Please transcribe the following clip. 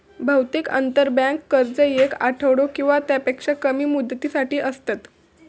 बहुतेक आंतरबँक कर्ज येक आठवडो किंवा त्यापेक्षा कमी मुदतीसाठी असतत